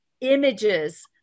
images